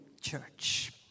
church